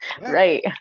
Right